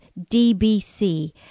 dbc